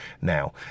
now